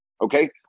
Okay